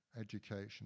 education